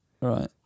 Right